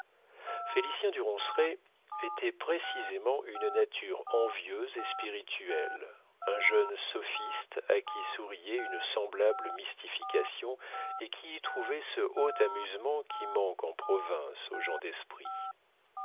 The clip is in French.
félicien du ronceret était précisément une nature envieuse et spirituelle un jeune sophiste à qui souriait une semblable mystification et qui y trouvait ce haut amusement qui manque en province aux gens d'esprit